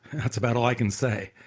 that's about all i can say.